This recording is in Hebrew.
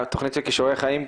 התכנית של כישורי חיים,